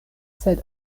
sed